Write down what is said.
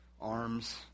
arms